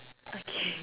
okay